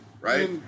Right